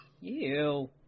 Ew